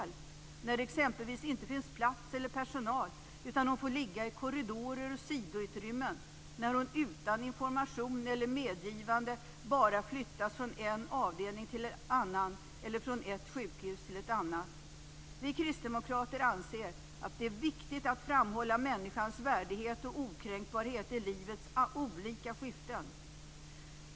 Man kan undra om det är demokrati när det exempelvis inte finns plats eller personal utan de får ligga i korridorer och sidoutrymmen, när de utan information och medgivande bara flyttas från en avdelning till en annan eller från ett sjukhus till ett annat. Vi kristdemokrater anser att det är viktigt att framhålla människans värdighet och okränkbarhet i livets olika skiften.